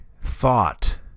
thought